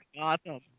awesome